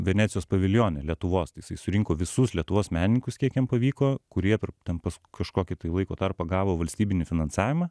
venecijos paviljone lietuvos tai jisai surinko visus lietuvos menininkus kiek jam pavyko kurie ten pas kažkokį tai laiko tarpą gavo valstybinį finansavimą